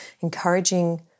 encouraging